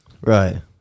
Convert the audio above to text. Right